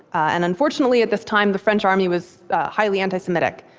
and unfortunately at this time, the french army was highly anti-semitic.